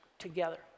Together